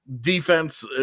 defense